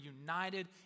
united